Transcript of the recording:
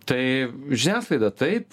tai žiniasklaida taip